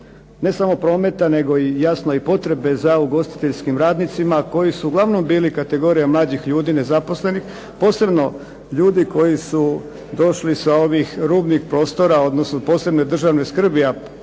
ne samo prometa nego i potrebe za ugostiteljskim radnicima koji su uglavnom bili kategorija mlađih ljudi nezaposlenih, posebno ljudi koji su došli sa ovih rubnih prostora odnosno posebne državne skrbi,